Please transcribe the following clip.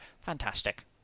Fantastic